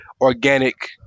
organic